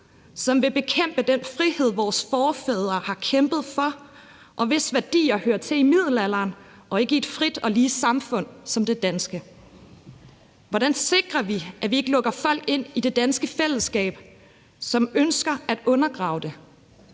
som vil bekæmpe den frihed, vores forfædre har kæmpet for, og hvis værdier hører til i middelalderen og ikke i et frit og lige samfund som det danske. Hvordan sikrer vi, at vi ikke lukker folk ind i det danske fællesskab, som ønsker at undergrave det?